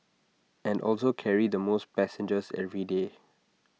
and also carry the most passengers every day